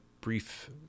brief